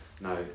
No